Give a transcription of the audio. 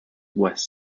west